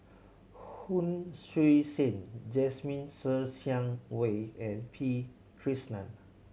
Hon Sui Sen Jasmine Ser Xiang Wei and P Krishnan